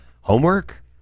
homework